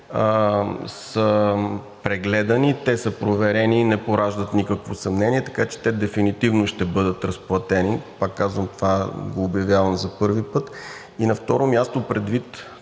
са прегледани, те са проверени и не пораждат никакво съмнение, така че те дефинитивно ще бъдат разплатени. Пак казвам, това го обявявам за първи път. И на второ място, предвид